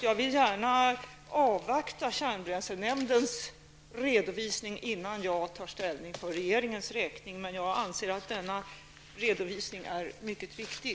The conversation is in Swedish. Jag vill gärna avvakta kärnbränslenämndens redovisning innan jag tar ställning för regeringens räkning. Jag anser dock att denna redovisning är mycket viktig.